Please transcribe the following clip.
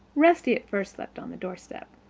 rusty at first slept on the doorstep.